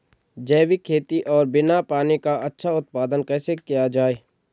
जैविक खेती और बिना पानी का अच्छा उत्पादन कैसे किया जाए?